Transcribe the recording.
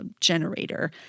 generator